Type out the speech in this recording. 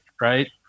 right